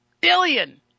billion